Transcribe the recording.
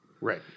Right